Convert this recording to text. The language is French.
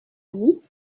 vous